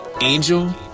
Angel